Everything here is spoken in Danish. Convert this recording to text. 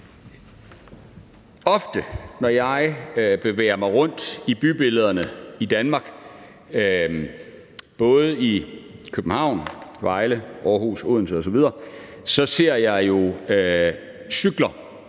Ofte når jeg bevæger mig rundt i bybilledet i Danmark, både i København, Vejle, Aarhus og Odense osv., så ser jeg jo cykler,